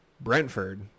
Brentford